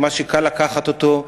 זה מס שקל לקחת אותו,